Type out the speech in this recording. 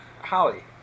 Holly